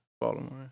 Baltimore